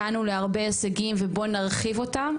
הגענו להרבה השגים ובואו נרחיב אותם',